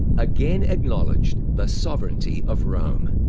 again acknowledged the sovereignty of rome.